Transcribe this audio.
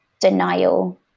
denial